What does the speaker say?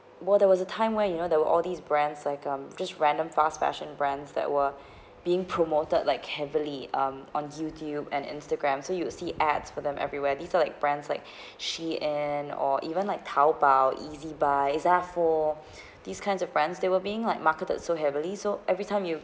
where there was a time where you know there were all these brands like um just random fast fashion brands that were being promoted like heavily um on YouTube and Instagrams so you see ads for them everywhere these are like brands like Shein or even like Taobao E_Z_buy these kinds of brands they were being like marketed so heavily so every time you